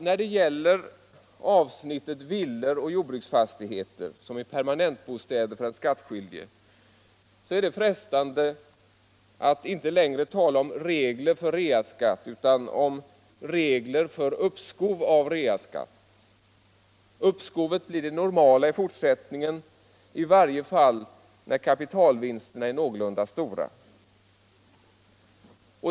När det gäller avsnittet villor och jordbruksfastigheter som är permanentbostäder för den skattskyldige är det frestande att inte längre tala om regler för reaskatt utan om regler för uppskov med reaskatt. Uppskoven blir det normala i fortsättningen — i varje fall när kapitalvinsterna är någorlunda stora.